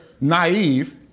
Naive